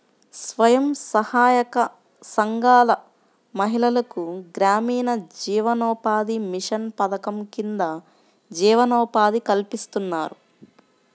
స్వయం సహాయక సంఘాల మహిళలకు గ్రామీణ జీవనోపాధి మిషన్ పథకం కింద జీవనోపాధి కల్పిస్తున్నారు